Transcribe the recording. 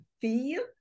feel